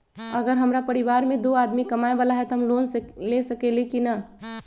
अगर हमरा परिवार में दो आदमी कमाये वाला है त हम लोन ले सकेली की न?